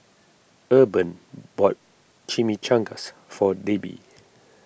Urban bought Chimichangas for Debi